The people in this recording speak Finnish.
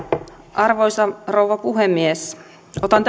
arvoisa rouva puhemies otan